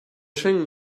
schengen